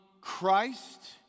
Christ